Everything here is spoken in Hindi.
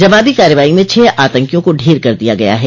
जवाबी कार्रवाई में छह आतंकियों को ढेर कर दिया गया है